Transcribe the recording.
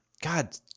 God